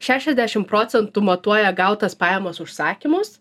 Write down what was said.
šešiasdešim procentų matuoja gautas pajamas užsakymus